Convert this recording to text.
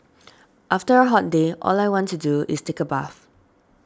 after a hot day all I want to do is take a bath